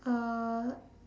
uh